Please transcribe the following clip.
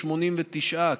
89,